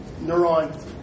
neuron